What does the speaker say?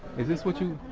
is this what you